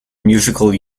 musical